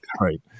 Right